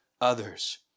others